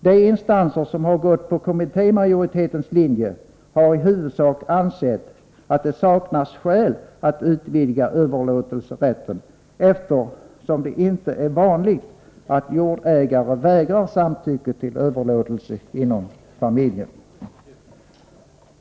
De instanser som har gått på kommitté majoritetens linje har i huvudsak ansett att det saknas skäl att utvidga överlåtelserätten, eftersom det inte är vanligt att en jordägare vägrar samtycke till överlåtelse inom familjen.